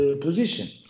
position